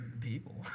People